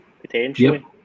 potentially